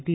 T